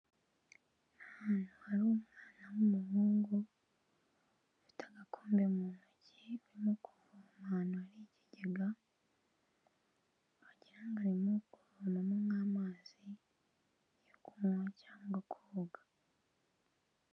Ahantu hari umwana w'umuhungu, ufite agakombe mu ntoki urimo kuvoma ahantu hari ikigega, wagira ngo arimo kuvomamo nk'amazi yo kunywa cyangwa koga.